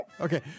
Okay